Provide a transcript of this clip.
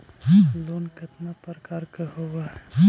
Loan केतना प्रकार के होव हइ?